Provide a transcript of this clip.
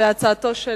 הצעתו של